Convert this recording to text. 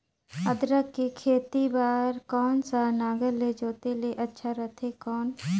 अदरक के खेती बार कोन सा नागर ले जोते ले अच्छा रथे कौन?